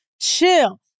chill